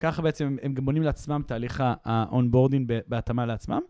ככה בעצם הם גם בונים לעצמם תהליך ה-onboarding בהתאמה לעצמם.